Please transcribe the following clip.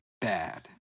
bad